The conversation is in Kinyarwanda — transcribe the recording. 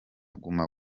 guma